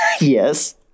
Yes